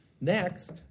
Next